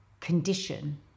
condition